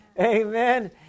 amen